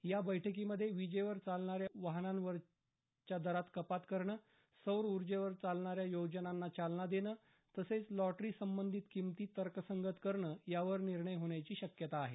या बैठकीमध्ये विजेवर चालणाऱ्या वाहनांवरच्या करात कपात करणं सौर उर्जेवर चालणाऱ्या योजनांना चालना देणं तसेच लॉटरी संबंधित किंमती तर्कसंगत करणं यावर निर्णय होण्याची शक्यता आहे